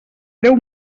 deu